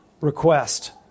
request